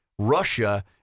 Russia